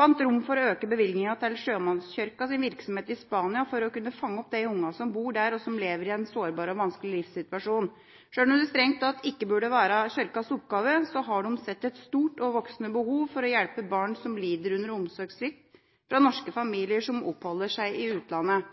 fant rom for å øke bevilgningen til Sjømannskirkens virksomhet i Spania for å kunne fange opp de ungene som bor der, og som er i en sårbar og vanskelig livssituasjon. Sjøl om det strengt tatt ikke burde være Kirkens oppgave, har de sett et stort og voksende behov for å hjelpe barn som lider under omsorgssvikt i norske familier som oppholder seg i utlandet.